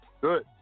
Good